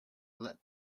let